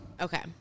Okay